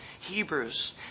Hebrews